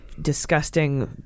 disgusting